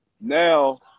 now